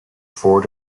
ford